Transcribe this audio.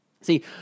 See